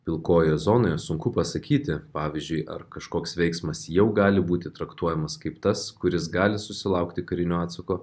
pilkojoje zonoje sunku pasakyti pavyzdžiui ar kažkoks veiksmas jau gali būti traktuojamas kaip tas kuris gali susilaukti karinio atsako